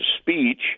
speech